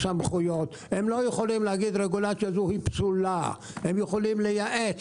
לא יכולים להגיד: "הרגולציה הזו היא פסולה"; הם יכולים לייעץ,